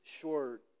short